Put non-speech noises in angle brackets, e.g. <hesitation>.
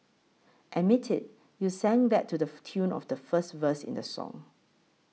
admit it you sang that to the <hesitation> tune of the first verse in the song